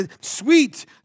Sweet